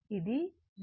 ఇది 0